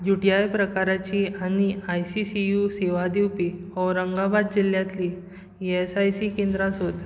UTI प्रकाराचीं आनी I C C U सेवा दिवपी औरंगाबाद जिल्ल्यांतलीं इएसआयसी केंद्रां सोद